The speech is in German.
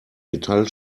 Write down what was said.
metall